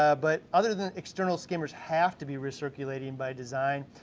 ah but other than external skimmers have to be recirculating by design.